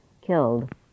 killed